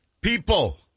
people